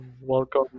welcome